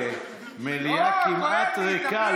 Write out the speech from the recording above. במליאה כמעט ריקה,